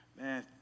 man